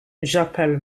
j’appelle